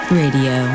radio